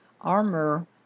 armor